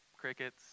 crickets